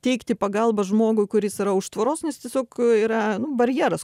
teikti pagalbą žmogui kuris yra už tvoros nes tiesiog yra barjeras